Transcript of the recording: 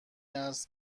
است